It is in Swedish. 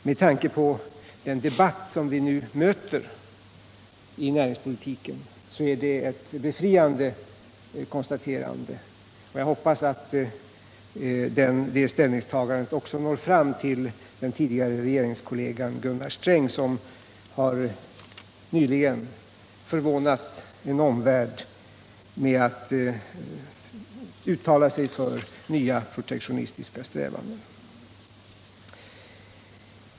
Med tanke på den debatt som vi nu möter i näringspolitiken är det ett befriande konstaterande, och jag hoppas att det ställningstagandet också når fram till den tidigare regeringskollegan Gunnar Sträng, som nyligen har förvånat en omvärld med att uttala sig för nya protektionistiska strävanden.